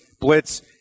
blitz